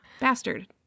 Bastard